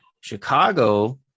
Chicago